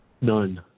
None